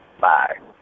Bye